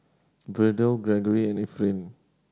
Verdell Greggory and Efrain